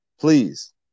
please